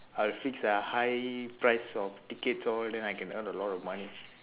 I will fix a high price of tickets all then I can earn a lot of money